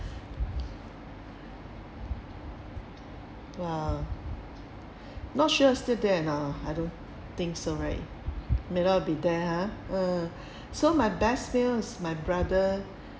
well not sure still there now I don't think so right may not be there ha uh so my best meal is my brother